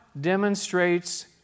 demonstrates